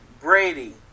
Brady